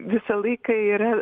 visą laiką yra